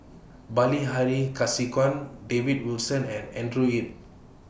Bilahari Kausikan David Wilson and Andrew Yip